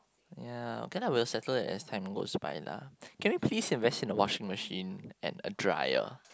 ya can lah we settle it as time goes by lah can we please have rest in the washing machine and a drier